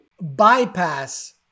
bypass